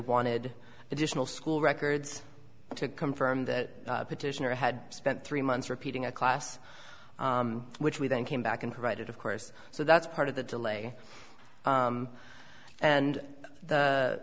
wanted additional school records to come from that petitioner had spent three months repeating a class which we then came back and provided of course so that's part of the delay and the